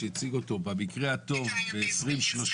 במקרה הטוב ב-2030